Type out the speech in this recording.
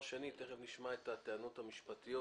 דבר שני, תיכף נשמע את הטענות המשפטיות.